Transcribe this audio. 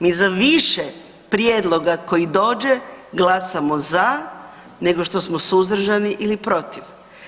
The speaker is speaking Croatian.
Mi za više prijedloga koji dođe glasamo za nego što smo suzdržani ili protiv.